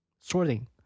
sorting